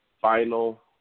final